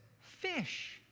fish